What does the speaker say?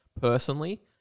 personally